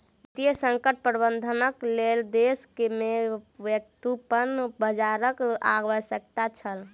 वित्तीय संकट प्रबंधनक लेल देश में व्युत्पन्न बजारक आवश्यकता छल